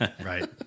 Right